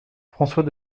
françois